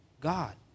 God